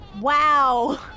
Wow